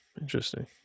Interesting